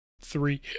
three